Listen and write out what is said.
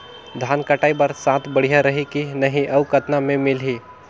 धान कटाई बर साथ बढ़िया रही की नहीं अउ कतना मे मिलही?